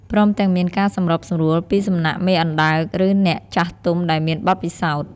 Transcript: ព្រមទាំងមានការសម្របសម្រួលពីសំណាក់មេអណ្តើក ឬអ្នកចាស់ទុំដែលមានបទពិសោធន៍។